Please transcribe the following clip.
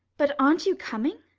but arn't you coming?